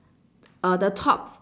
uh the top